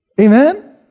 Amen